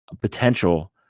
potential